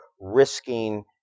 risking